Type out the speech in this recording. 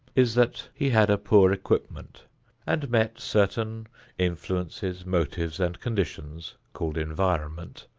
is that he had a poor equipment and met certain influences, motives and conditions, called environment,